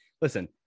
Listen